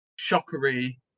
shockery